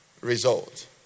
result